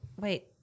wait